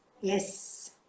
yes